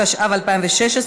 התשע"ו 2016,